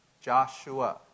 Joshua